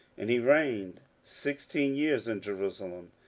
and he reigned sixteen years in jerusalem.